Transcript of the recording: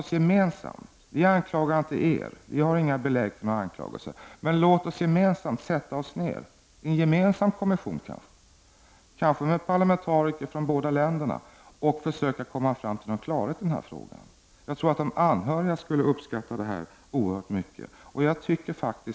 Vi kan säga till berörda instanser i Sojvetunionen att vi inte anklagar dem men att vi gemensamt skall tillsätta exempelvis en kommission med parlamentariker från båda länderna för att försöka vinna klarhet i frågan. Det tror jag de anhöriga skulle uppmärksamma oerhört mycket.